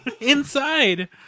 Inside